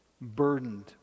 burdened